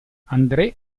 andré